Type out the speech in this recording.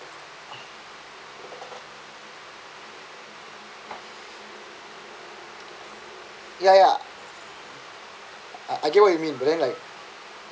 ya ya I get what you mean but then like